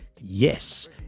Yes